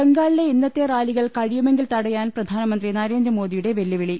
ബംഗാളിലെ ഇന്നത്തെ റാലികൾ ക്ഴിയുമെങ്കിൽ തടയാൻ പ്രധാനമന്ത്രി നരേന്ദ്രമോദിയുട്ടെ പ്രെല്ലൂവിളി